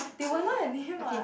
they will know your name what